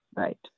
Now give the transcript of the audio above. right